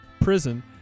prison